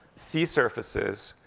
see surfaces,